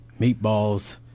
meatballs